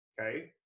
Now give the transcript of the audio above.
okay